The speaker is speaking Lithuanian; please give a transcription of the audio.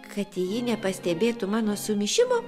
kad ji nepastebėtų mano sumišimo